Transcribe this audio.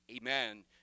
amen